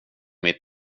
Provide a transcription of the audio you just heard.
mitt